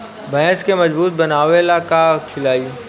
भैंस के मजबूत बनावे ला का खिलाई?